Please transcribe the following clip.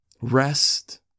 Rest